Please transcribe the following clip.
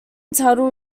tuttle